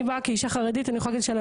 אני באה כאישה חרדית אני יכולה להגיד שאצל